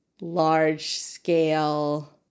large-scale